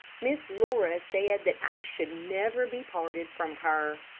miss laura said that i should never be parted from her.